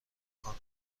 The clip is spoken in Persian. کنه